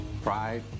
pride